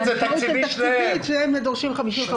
עלות תקציבית שדורשים 50 חברי כנסת.